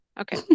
Okay